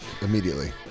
immediately